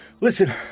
Listen